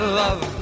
love